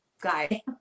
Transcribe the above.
guy